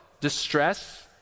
distress